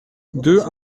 deux